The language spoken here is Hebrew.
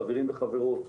חברים וחברות,